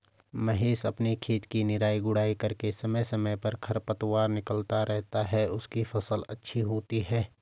महेश अपने खेत की निराई गुड़ाई करके समय समय पर खरपतवार निकलता रहता है उसकी फसल अच्छी होती है